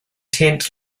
tent